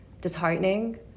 disheartening